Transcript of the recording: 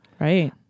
Right